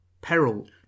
Peril